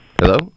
Hello